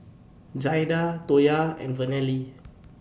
Jaida Toya and Vernelle